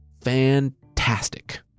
Fantastic